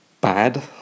...bad